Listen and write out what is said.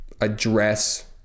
address